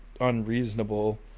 unreasonable